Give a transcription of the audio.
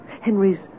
Henry's